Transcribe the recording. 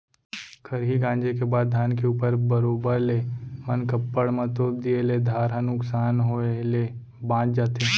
खरही गॉंजे के बाद धान के ऊपर बरोबर ले मनकप्पड़ म तोप दिए ले धार ह नुकसान होय ले बॉंच जाथे